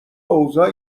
اوضاع